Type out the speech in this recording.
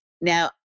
Now